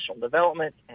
development